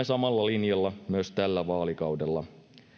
samalla linjalla myös tällä vaalikaudella